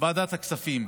ועדת הכספים.